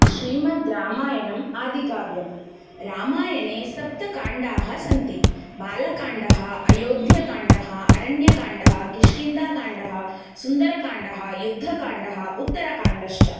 श्रीमद्रामायणम् आदिकाव्यम् रामायणे सप्तकाण्डाः सन्ति बालकाण्डः अयोध्याकाण्डः अरण्यकाण्डः किष्किन्दाकाण्डः सुन्दरकाण्डः युद्धकाण्डः उत्तरकाण्डश्च